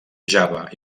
java